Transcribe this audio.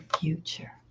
future